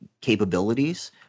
capabilities